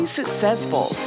successful